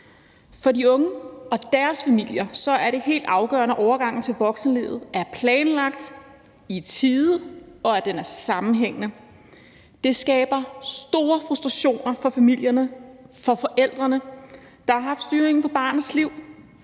For de unge og deres familier er det helt afgørende, at overgangen til voksenlivet er planlagt i tide, og at den er sammenhængende. Det skaber store frustrationer for familierne og for forældrene, der har haft styringen af barnets liv